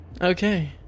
Okay